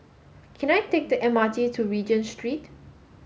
can I take the M R T to Regent Street